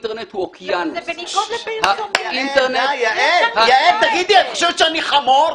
זה בניגוד- -- יעל, את חושבת שאני חמור?